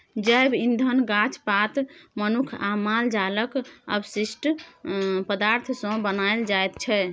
जैब इंधन गाछ पात, मनुख आ माल जालक अवशिष्ट पदार्थ सँ बनाएल जाइ छै